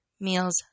meals